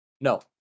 No